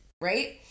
right